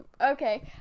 Okay